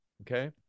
okay